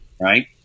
Right